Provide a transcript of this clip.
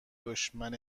دشمن